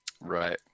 Right